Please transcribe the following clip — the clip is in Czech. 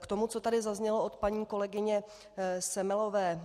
K tomu, co tady zaznělo od paní kolegyně Semelové.